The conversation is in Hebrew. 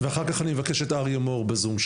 ואחר כך אני אבקש את אריה מור בזום,